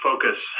focus